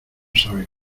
sabe